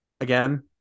again